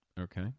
Okay